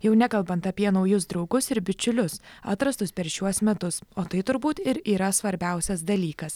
jau nekalbant apie naujus draugus ir bičiulius atrastus per šiuos metus o tai turbūt ir yra svarbiausias dalykas